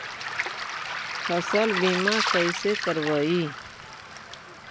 फसल बीमा कैसे करबइ?